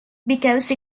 because